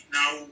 now